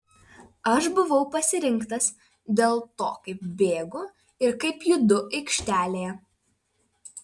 aš buvau pasirinktas dėl to kaip bėgu ir kaip judu aikštelėje